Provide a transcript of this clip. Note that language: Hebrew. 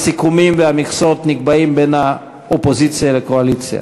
הסיכומים והמכסות נקבעים בין האופוזיציה לקואליציה.